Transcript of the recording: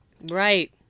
Right